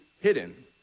hidden